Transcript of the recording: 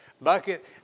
bucket